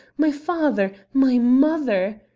my father! my mother!